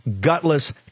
gutless